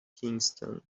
kingston